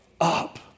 up